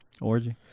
orgy